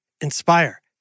Inspire